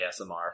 ASMR